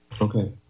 okay